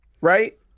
Right